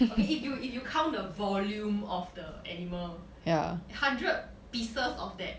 okay if you if you count the volume of the animal hundred pieces of that